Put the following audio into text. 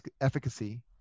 efficacy